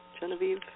Genevieve